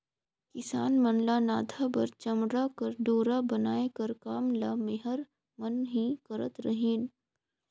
किसान मन ल नाधा बर चमउा कर डोरा बनाए कर काम ल मेहर मन ही करत रहिन